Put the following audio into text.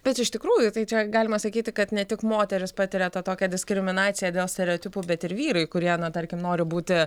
bet iš tikrųjų tai čia galima sakyti kad ne tik moterys patiria tą tokią diskriminaciją dėl stereotipų bet ir vyrai kurie tarkim nori būti